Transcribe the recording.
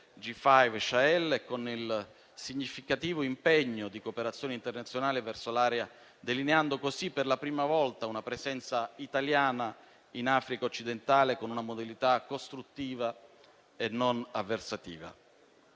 G5 Sahel e con il significativo impegno di cooperazione internazionale verso l'area, delineando così per la prima volta una presenza italiana in Africa occidentale con una modalità costruttiva e non avversativa.